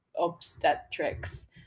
obstetrics